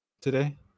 today